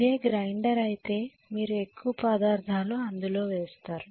ఇదే గ్రైండర్ అయితే మీరు ఎక్కువ పదార్థాలను అందులో వేస్తారు